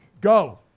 Go